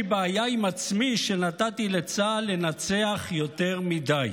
בעיה עם עצמי שנתתי לצה"ל לנצח יותר מדי",